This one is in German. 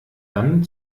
dann